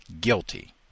guilty